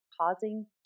causing